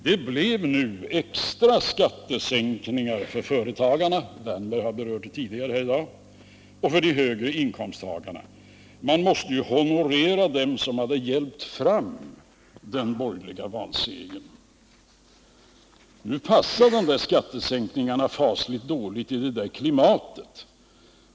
Det blev nu extra skattesänkning för företagarna — Erik Wärnberg har berört det tidigare här i dag — och de högre inkomsttagarna. Man måste ju honorera dem som hade hjälpt fram partierna till den borgerliga valsegern. Nu passade skattesänkningarna fasligt dåligt i det där klimatet.